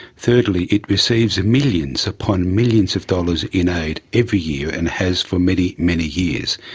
thirdly it receives millions upon millions of dollars in aid every year and has for many, many years,